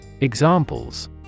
Examples